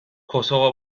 kosova